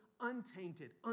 untainted